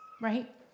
right